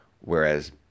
whereas